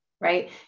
right